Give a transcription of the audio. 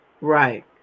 Right